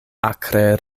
akre